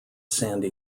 sandy